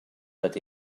but